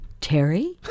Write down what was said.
Terry